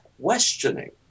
questioning